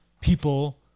people